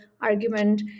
argument